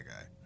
guy